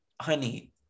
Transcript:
honey